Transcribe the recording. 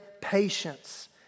patience